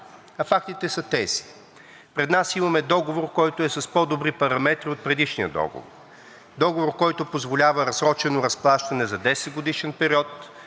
а фактите са тези. Пред нас имаме договор, който е с по-добри параметри от предишния договор. Договор, който позволява разсрочено разплащане за 10-годишен период,